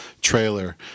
trailer